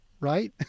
right